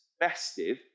festive